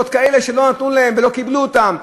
ועוד כאלה שלא נתנו להם ולא קיבלו אותם,